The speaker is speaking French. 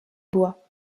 bois